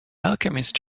alchemist